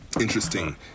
Interesting